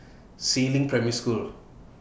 Si Ling Primary School